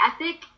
ethic